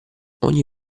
ogni